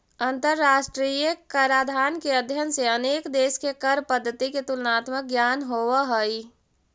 अंतरराष्ट्रीय कराधान के अध्ययन से अनेक देश के कर पद्धति के तुलनात्मक ज्ञान होवऽ हई